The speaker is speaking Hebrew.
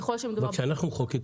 אבל כשאנחנו מחוקקים,